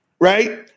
right